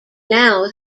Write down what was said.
now